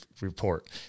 report